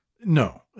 No